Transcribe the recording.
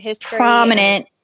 prominent